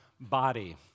body